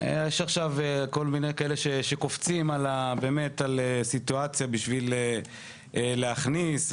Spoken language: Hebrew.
יש עכשיו כל מיני כאלה שקופצים על סיטואציה בשביל להכניס ולהראות,